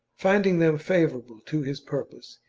finding them favourable to his purpose,